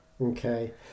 Okay